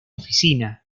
oficina